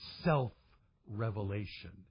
self-revelation